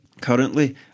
currently